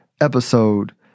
episode